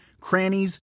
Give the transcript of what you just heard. crannies